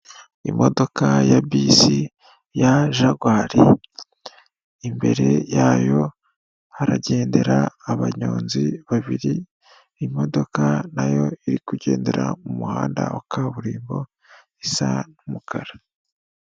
Imodoka ya bisi ya jagwari, imbere yayo haragendera abanyonzi babiri imodoka nayo iri kugendera mu muhanda wa kaburimbo isa n'umukara.